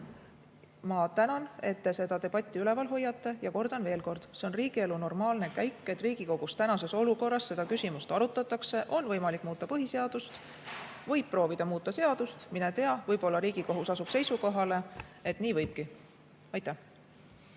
Ma tänan, et te seda debatti üleval hoiate. Ja kordan veel kord: see on riigielu normaalne käik, et Riigikogu praeguses olukorras seda küsimust arutab. On võimalik muuta põhiseadust, võib proovida muuta seadust. Mine tea, võib-olla Riigikohus asub seisukohale, et nii võibki. Suur